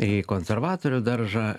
į konservatorių daržą